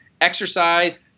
Exercise